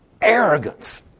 Arrogance